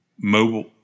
mobile